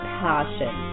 passion